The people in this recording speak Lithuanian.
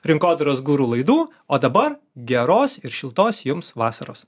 rinkodaros guru laidų o dabar geros ir šiltos jums vasaros